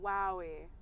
Wowie